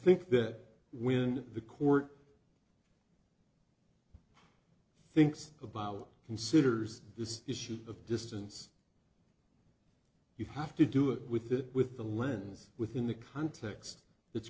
think that when the court thinks about considers this issue of distance you have to do it with the with the lens within the context it's